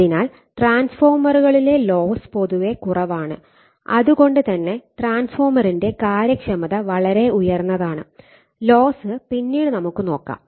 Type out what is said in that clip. അതിനാൽ ട്രാൻസ്ഫോർമറുകളിലെ ലോസ് പൊതുവെ കുറവാണ് അത് കൊണ്ട് തന്നെ ട്രാൻസ്ഫോർമറിന്റെ കാര്യക്ഷമത വളരെ ഉയർന്നതാണ് ലോസ് പിന്നീട് നമുക്ക് നോക്കാം